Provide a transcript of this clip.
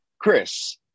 Chris